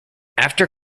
after